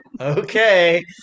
Okay